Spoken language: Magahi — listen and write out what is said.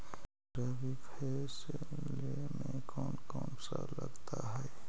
रबी फैसले मे कोन कोन सा लगता हाइय?